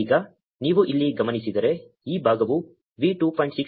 ಈಗ ನೀವು ಇಲ್ಲಿ ಗಮನಿಸಿದರೆ ಈ ಭಾಗವು V 2